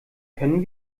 können